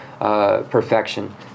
perfection